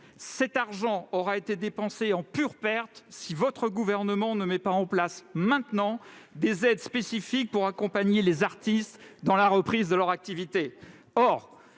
Cet argent aura été dépensé en pure perte si votre gouvernement ne met pas en place maintenant des aides spécifiques pour accompagner les artistes dans la reprise de leur activité.